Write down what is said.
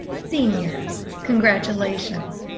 seniors, congratulations!